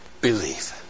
Believe